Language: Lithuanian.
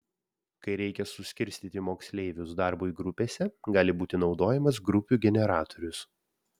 kai reikia suskirstyti moksleivius darbui grupėse gali būti naudojamas grupių generatorius